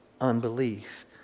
unbelief